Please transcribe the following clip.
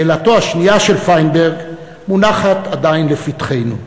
שאלתו השנייה של פיינברג מונחת עדיין לפתחנו.